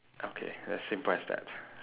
okay as simple as that